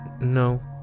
no